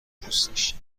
پوستش